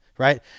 Right